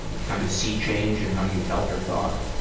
kind of sea change in how you felt or thought?